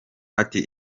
ati